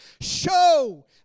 Show